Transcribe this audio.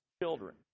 children